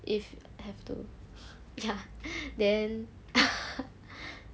if have to ya then